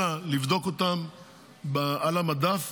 אלא מאפשר לבדוק אותם על המדף